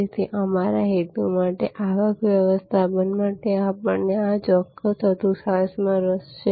તેથી અમારા હેતુ માટે આવક વ્યવસ્થાપન માટે આપણને આ ચોક્કસ ચતુર્થાંશમાં રસ છે